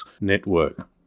network